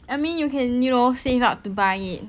I mean you can you know save up to buy it